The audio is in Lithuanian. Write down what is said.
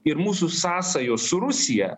ir mūsų sąsajos su rusija